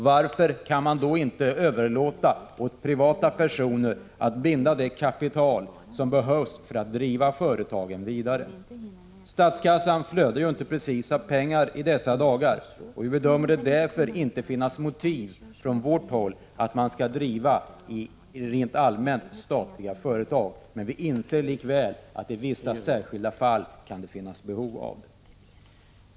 Varför kan man då inte överlåta åt privata intressenter att binda det kapital som behövs för att driva företagen vidare? Statskassan flödar ju inte precis av pengar i dessa dagar, och vi bedömer därför från vårt håll att det inte finns motiv för att staten rent allmänt skall driva företag. Vi inser likväl att i vissa särskilda fall kan det finnas behov av statligt företagande.